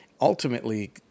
Ultimately